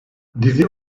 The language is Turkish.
dizi